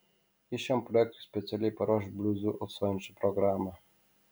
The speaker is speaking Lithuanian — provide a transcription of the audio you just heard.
ji šiam projektui specialiai paruoš bliuzu alsuojančią programą